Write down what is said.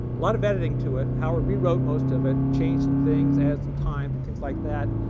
lot of editing to it. howard rewrote most of it, changed some things, added some times, and things like that,